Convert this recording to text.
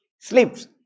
sleeps